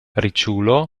riĉulo